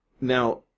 Now